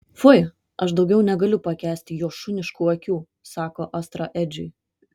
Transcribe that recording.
fui aš daugiau negaliu pakęsti jo šuniškų akių sako astra edžiui